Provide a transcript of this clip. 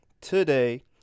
today